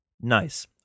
Nice